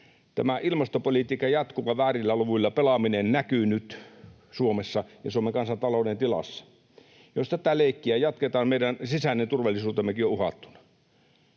Tämä ilmastopolitiikka jatkuu, ja väärillä luvuilla pelaaminen näkyy nyt Suomessa ja Suomen kansantalouden tilassa. Jos tätä leikkiä jatketaan, meidän sisäinen turvallisuutemmekin on uhattuna.